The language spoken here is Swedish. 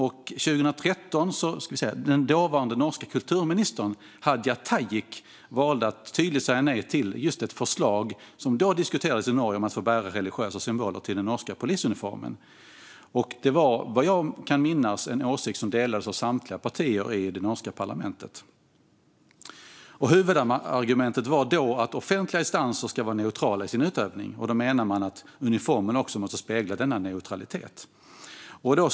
År 2013 valde den dåvarande norska kulturministern Hadia Tajik att tydligt säga nej till just ett förslag som då diskuterades i Norge om att få bära religiösa symboler till den norska polisuniformen. Detta var, vad jag kan minnas, en åsikt som delades av samtliga partier i den norska parlamentet. Huvudargumentet var då att offentliga instanser ska vara neutrala i sin utövning, och man menade att uniformen också måste spegla denna neutralitet.